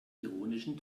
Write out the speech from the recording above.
ironischen